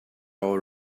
all